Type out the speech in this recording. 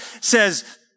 says